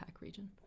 region